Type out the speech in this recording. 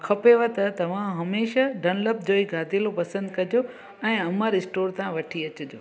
खपेव त तव्हां हमेशह डनलप जो ई गादेलो पसंदि कजो ऐं अमर स्टोर था वठी अचिजो